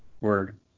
Word